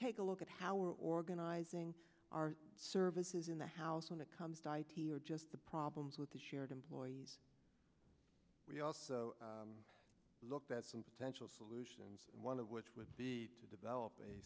take a look at how our organizing our services in the house when it comes to just the problems with the shared employees we also looked at some potential solutions one of which would be to develop a